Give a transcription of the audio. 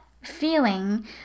feeling